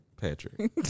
Patrick